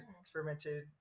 experimented